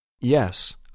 Yes